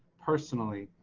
personally.